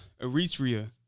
Eritrea